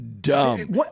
Dumb